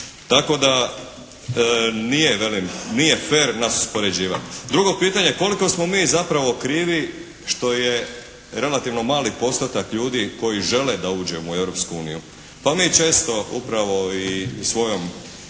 Tako da nije velim, nije fer nas uspoređivati. Drugo pitanje. Koliko smo mi zapravo krivi što je relativno mali postotak ljudi koji žele da uđemo u Europsku uniju? Pa mi često, upravo i svojom